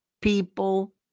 people